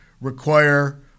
require